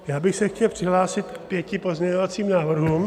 Já bych se chtěl přihlásil k pěti pozměňovacím návrhům.